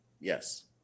Yes